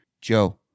Joe